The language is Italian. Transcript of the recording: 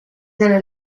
nella